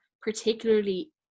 particularly